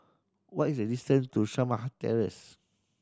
what is the distance to Shamah Terrace